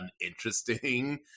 uninteresting